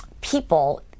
people